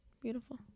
Beautiful